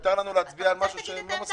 מותר לנו להצביע על משהו שהם לא מסכימים?